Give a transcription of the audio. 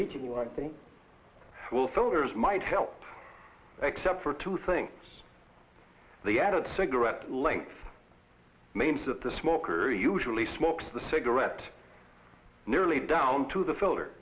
you i think will fillers might help except for two things the added cigarette lengths means that the smoker usually smokes the cigarette nearly down to the filler